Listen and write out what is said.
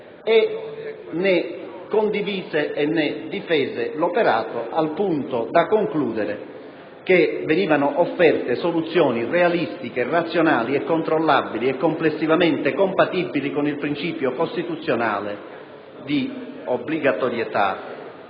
ne condivise e difese l'operato al punto da concludere che venivano offerte soluzioni realistiche, razionali, controllabili e complessivamente compatibili con il principio costituzionale di obbligatorietà